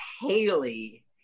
Haley